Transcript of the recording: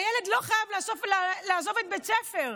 הילד לא חייב לעזוב את בית הספר.